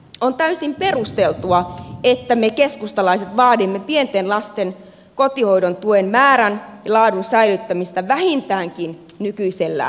on täysin perusteltua että me keskustalaiset vaadimme pienten lasten kotihoidon tuen määrän ja laadun säilyttämistä vähintäänkin nykyisellä tasolla